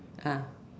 ah